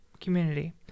community